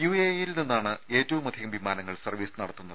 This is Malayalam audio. യുഎഇ യിൽ നിന്ന് ആണ് ഏറ്റവും അധികം വിമാനങ്ങൾ സർവ്വീസ് നടത്തുന്നത്